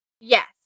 Yes